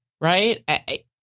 Right